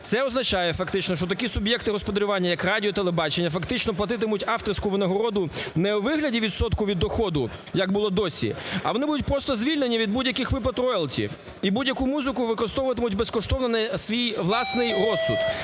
Це означає фактично, що такі суб'єкти господарювання, як радіо і телебачення, фактично платитимуть авторську винагороду не у вигляді відсотку від доходу, як було досі, а вони будуть просто звільнені від будь-яких виплат роялті і будь-яку музику використовуватимуть безкоштовно на свій власний розсуд,